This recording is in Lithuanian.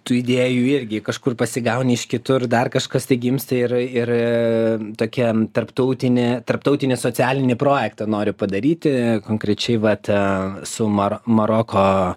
tų idėjų irgi kažkur pasigauni iš kitur dar kažkas tai gimsta ir ir tokia tarptautinė tarptautinį socialinį projektą nori padaryti konkrečiai vat a su maro maroko